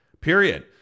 period